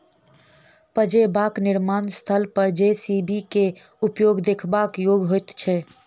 पजेबाक निर्माण स्थल पर जे.सी.बी के उपयोग देखबा योग्य होइत छै